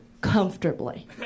comfortably